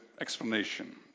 explanation